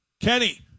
Kenny